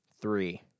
three